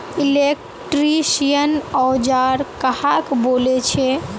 Electrician औजार कहाक बोले छे?